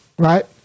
Right